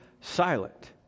silent